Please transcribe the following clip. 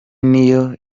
niyo